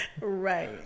Right